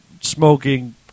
smoking